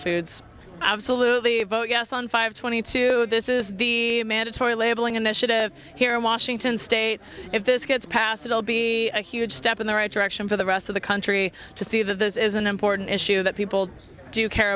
foods absolutely vote yes on five twenty two this is the mandatory labeling initiative here in washington state if this gets passed it will be a huge step in the right direction for the rest of the country to see that this is an important issue that people do care